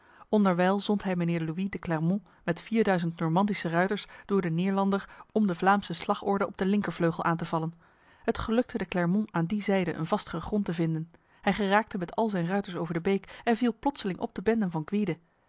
zond hij mijnheer louis de clermont met vierduizend normandische ruiters door de neerlander om de vlaamse slagorde op de linkervleugel aan te vallen het gelukte de clermont aan die zijde een vastere grond te vinden hij geraakte met al zijn ruiters over de beek en viel plotseling op de benden van gwyde